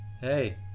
Hey